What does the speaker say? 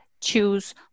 choose